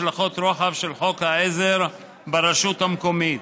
השלכות רוחב של חוק העזר ברשות המקומית.